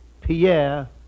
Pierre